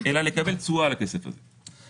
אלא לקבל תשואה על הכסף הזה.